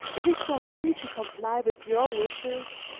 it is for me to comply with your wishes,